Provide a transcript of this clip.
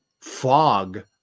fog